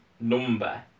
number